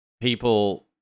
people